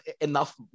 enough